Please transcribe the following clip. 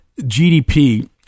gdp